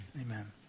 Amen